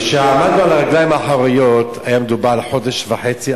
כשעמדנו על הרגליים האחוריות היה מדובר על חודש וחצי,